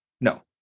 No